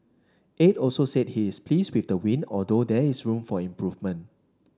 Aide also said he is pleased with the win although there is room for improvement